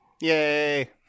Yay